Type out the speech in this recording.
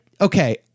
okay